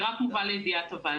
זה רק מובא לידיעת הוועדה.